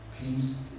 peace